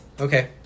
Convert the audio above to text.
Okay